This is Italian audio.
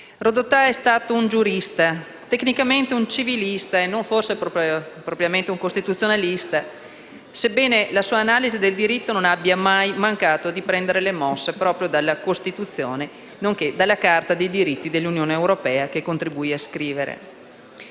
Rodotà è stato un giurista, tecnicamente un civilista e forse non propriamente un costituzionalista, sebbene la sua analisi del diritto non abbia mai mancato di prendere le mosse proprio dalla Costituzione, nonché dalla Carta dei diritti fondamentali dell'Unione europea che contribuì a scrivere.